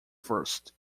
first